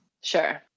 Sure